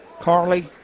Carly